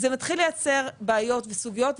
זה מתחיל לייצר בעיות וסוגיות.